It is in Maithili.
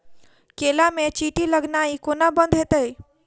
केला मे चींटी लगनाइ कोना बंद हेतइ?